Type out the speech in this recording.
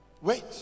wait